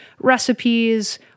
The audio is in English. recipes